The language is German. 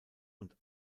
und